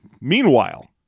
meanwhile